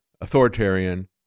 authoritarian